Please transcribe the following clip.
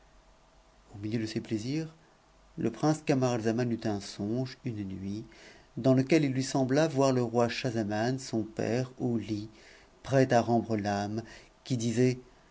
au milieu de ces plaisirs le prince camaralzaman eut un songe u nuit dans lequel il lui sembla voir le roi schahzaman son père au t't prêt à rendre l'âme qui disait